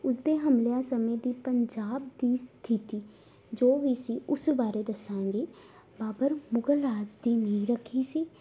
ਉਸਦੇ ਹਮਲਿਆਂ ਸਮੇਂ ਦੇ ਪੰਜਾਬ ਦੀ ਸਥਿਤੀ ਜੋ ਵੀ ਸੀ ਉਸ ਬਾਰੇ ਦੱਸਾਂਗੀ ਬਾਬਰ ਮੁਗਲ ਰਾਜ ਦੀ ਨੀਂਹ ਰੱਖੀ ਸੀ